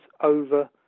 over